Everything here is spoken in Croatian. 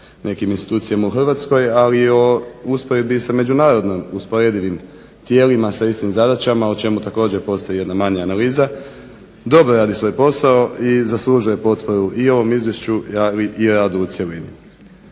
nekim institucijama u Hrvatskoj, ali i u usporedbi sa međunarodno usporedivim tijelima sa istim zadaćama o čemu također postoji jedna manja analiza dobro radi svoj posao i zaslužuje potporu i ovim izvješćem, ali i radom u cjelini.